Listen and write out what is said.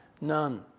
none